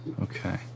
Okay